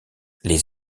les